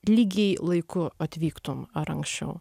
lygiai laiku atvyktum ar anksčiau